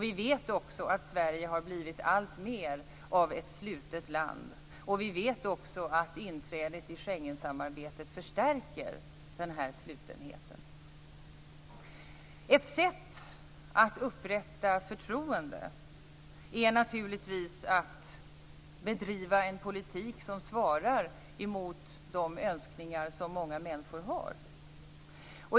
Vi vet att Sverige har blivit alltmer av ett slutet land. Vi vet att inträdet i Schengensamarbetet förstärker denna slutenhet. Ett sätt att upprätta förtroende är naturligtvis att bedriva en politik som svarar emot de önskningar som många människor har.